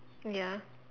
ya